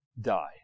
die